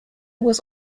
was